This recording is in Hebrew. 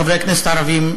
חברי הכנסת הערבים,